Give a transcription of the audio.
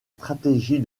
stratégies